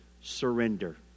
surrender